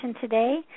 today